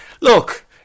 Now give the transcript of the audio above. Look